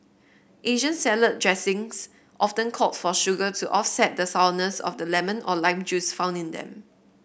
Asian salad dressings often call for sugar to offset the sourness of the lemon or lime juice found in them